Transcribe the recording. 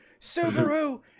Subaru